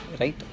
right